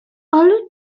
ale